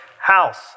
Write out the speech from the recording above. house